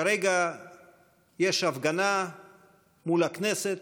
כרגע יש הפגנה מול הכנסת.